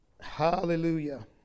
Hallelujah